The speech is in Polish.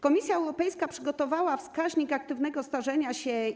Komisja Europejska przygotowała wskaźnik aktywnego starzenia się.